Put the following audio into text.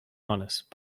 honest